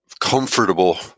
comfortable